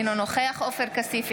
אינו נוכח עופר כסיף,